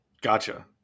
Gotcha